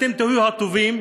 אתם תהיו הטובים,